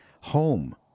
home